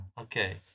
Okay